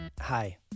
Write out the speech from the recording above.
Hi